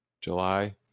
July